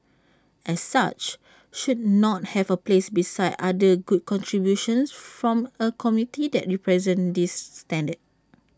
as such should not have A place beside other good contributions from A community that represent this standard